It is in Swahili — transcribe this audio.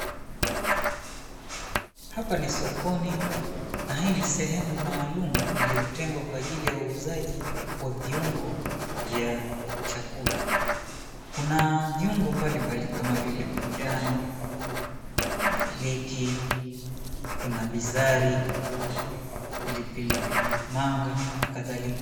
Hapa ni sokoni, na hii ni sehemu maalumu iliyotengwa kwa uuzaji wa viungo vya chakula. Kuna viungo mbalimbali kama vile manjano, kuna iliki, kuna bizari, pilipilimanga na kadhalika.